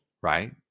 right